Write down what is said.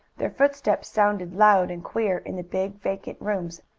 their footsteps sounded loud and queer in the big, vacant rooms.